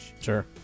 sure